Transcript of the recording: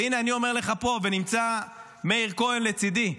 והינה אני אומר לך פה, ונמצא מאיר כהן לצידי: